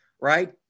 right